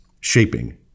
shaping